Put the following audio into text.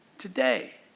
today!